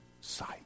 sight